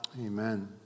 Amen